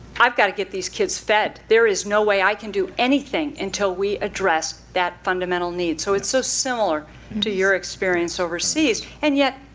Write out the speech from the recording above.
i've got to get these kids fed. there is no way i can do anything until we address that fundamental need. so it's so similar to your experience overseas. and yet,